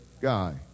guy